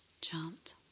chant